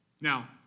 Now